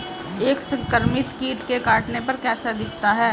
एक संक्रमित कीट के काटने पर कैसा दिखता है?